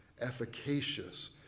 efficacious